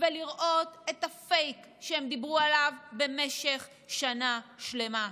ולראות את הפייק שהם דיברו עליו במשך שנה שלמה: